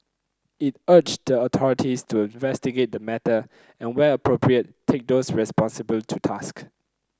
it urged the authorities to investigate the matter and where appropriate take those responsible to task